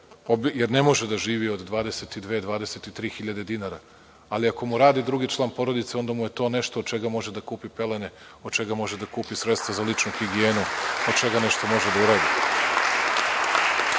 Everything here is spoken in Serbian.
jer ne može da živi od 22 i 23 hiljade dinara, ali ako mu rade drug član porodice, onda mu je to nešto od čega može da kupi pelene, od čega može da kupi sredstava za ličnu higijenu od čega može nešto da uradi. Ako